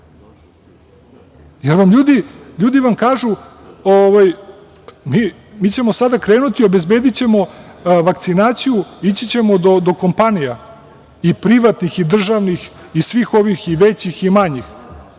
se vakcinisali. LJudi vam kažu, mi ćemo sada krenuti, obezbedićemo vakcinaciju, ići ćemo do kompanija i privatnih i državnih i svih ovih većih i manjih,